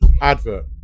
advert